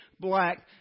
black